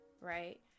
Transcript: right